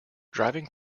driving